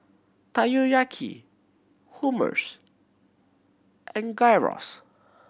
Takoyaki Hummus and Gyros